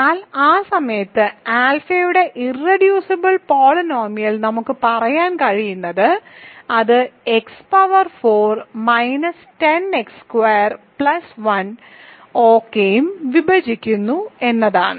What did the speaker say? എന്നാൽ ആ സമയത്ത് ആൽഫയുടെ ഇർറെഡ്യൂസിബിൾ പോളിനോമിയൽ നമുക്ക് പറയാൻ കഴിയുന്നത് അത് എക്സ് പവർ 4 മൈനസ് 10 എക്സ് സ്ക്വയറും പ്ലസ് 1 ഓകെയും വിഭജിക്കുന്നു എന്നതാണ്